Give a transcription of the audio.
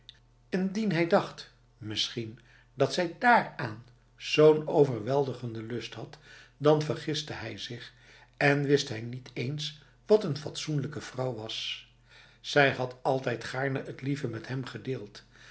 indien hij dacht misschien dat zij daaraan zo'n overweldigende lust had dan vergiste hij zich en wist hij niet eens wat n fatsoenlijke vrouw was zij had altijd gaarne t lieve met hem gedeeld